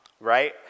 right